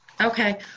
Okay